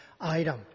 item